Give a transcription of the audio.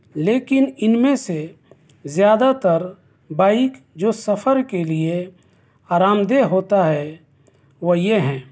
لیکن اِن میں سے زیادہ تر بائیک جو سفر کے لئے آرام دہ ہوتا ہے وہ یہ ہیں